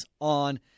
on